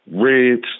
Reds